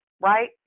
right